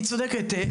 היא צודקת,